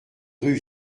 rue